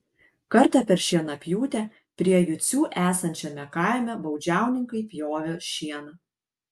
kartą per šienapjūtę prie jucių esančiame kaime baudžiauninkai pjovė šieną